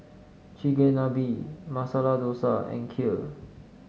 Chigenabe Masala Dosa and Kheer